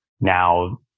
Now